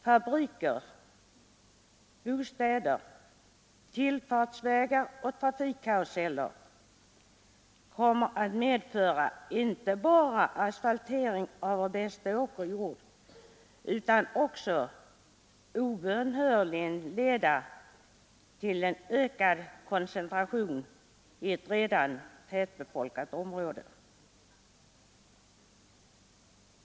Fabriker, bostäder, tillfartsvägar och trafikkaruseller kommer inte bara att medföra asfaltering av vår bästa åkerjord utan också obönhörligen att leda till ökad koncentration i ett redan tättbefolkat område.